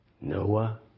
Noah